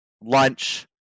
lunch